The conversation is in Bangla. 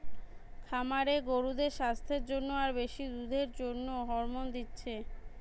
খামারে গরুদের সাস্থের জন্যে আর বেশি দুধের জন্যে হরমোন দিচ্ছে